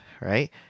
right